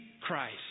Christ